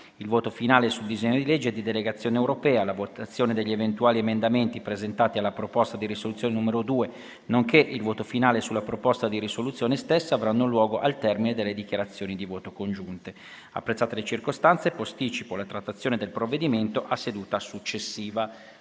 Il voto finale sul disegno di legge di delegazione europea, la votazione degli eventuali emendamenti presentati alla proposta di risoluzione n. 2, nonché il voto finale sulla proposta di risoluzione stessa avranno luogo al termine delle dichiarazioni di voto congiunte. Rinvio il seguito della discussione dei provvedimenti in titolo ad